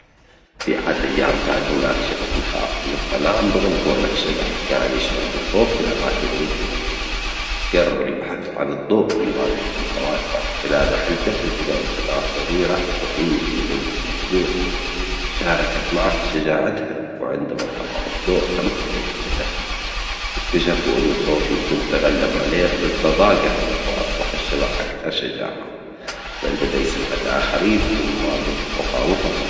في أحد الأيام كان هناك شبح يخاف من الظلام، رغم كونه شبح كان يشعر بخوف في الأماكن المظلمة، جرر البحث عن الضوء ليواجه مخاوفه، خلال رحلته التجى بفتاة صغيرة تعيش في منزل مهجور شاركت معه شجاعتها وعندها انطفأ الضوء أمسكت بيده، اكتشفوا أن الخوف يمكن التغلب عليه بالصداجة وأصبح الشبح أكثر شجاعة، بل بدأ يساعد الآخرين في مواجهة مخاوفهم.